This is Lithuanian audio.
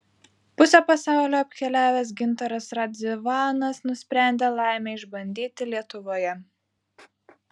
pusę pasaulio apkeliavęs gintaras radzivanas nusprendė laimę išbandyti lietuvoje